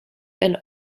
and